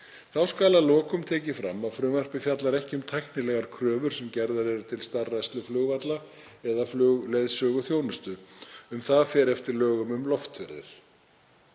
Þá skal að lokum tekið fram að frumvarpið fjallar ekki um tæknilegar kröfur sem gerðar eru til starfrækslu flugvalla eða flugleiðsöguþjónustu. Um það fer eftir lögum um loftferðir.